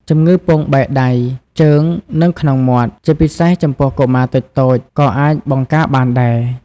ជំងឺពងបែកដៃ ជើង និងក្នុងមាត់ ជាពិសេសចំពោះកុមារតូចៗ ក៏អាចបង្ការបានដែរ។